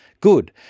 good